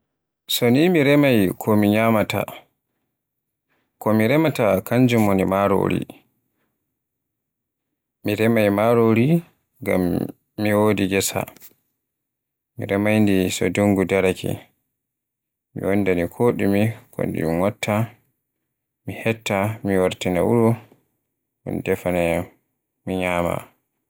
So ni mi remain ñyamunda ko mi ñyamaata, ko mi remaata kanjum woni marori. Mi remay marori ngam mi wodi gesa, mi remay ndi so dungu daraake. Mi wanna nde ko ɗume ko ɗun watta, mi hetta, mi wartira wuro, un defanaayan, mi ñyama.